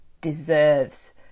deserves